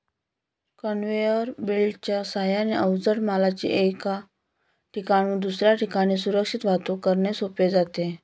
conveyor बेल्टच्या साहाय्याने अवजड मालाची एका ठिकाणाहून दुसऱ्या ठिकाणी सुरक्षित वाहतूक करणे सोपे जाते